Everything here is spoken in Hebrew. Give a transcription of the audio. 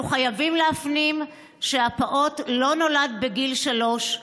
אנחנו חייבים להפנים שהפעוט לא נולד בגיל שלוש,